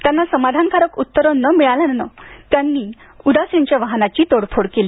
त्यांना समाधानकारक उत्तरे न मिळाल्याने त्यांनी उदास यांच्या वाहनाची तोडफोड केली